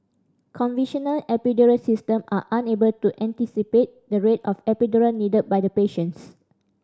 conventional epidural system are unable to anticipate the rate of epidural needed by the patients